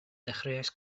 dechreuais